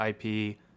IP